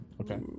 okay